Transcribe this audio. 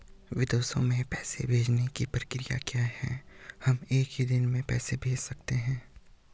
विदेशों में पैसे भेजने की प्रक्रिया क्या है हम एक ही दिन में पैसे भेज सकते हैं?